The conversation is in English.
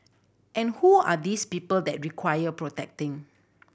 and who are these people that require protecting